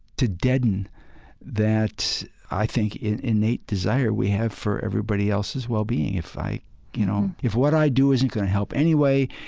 to deaden that, i think, innate desire we have for everybody else's well-being. if i you know, if what i do isn't going to help anyway,